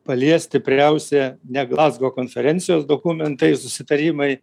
palies stipriausia ne gazgo konferencijos dokumentai ir susitarimai